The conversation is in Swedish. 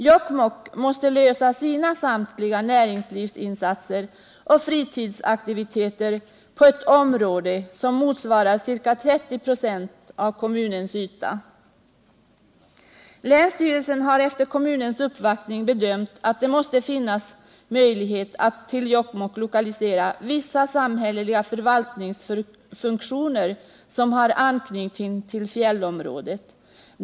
Jokkmokk måste klara alla sina näringslivsinsatser och fritidsaktiviteter på ett område som motsvarar ca 30 96 av kommunens yta. Länsstyrelsen har efter kommunens uppvaktning bedömt att det måste finnas möjlighet att till Jokkmokk lokalisera vissa samhälleliga förvaltningsfunktioner som har anknytning till fjällområdet.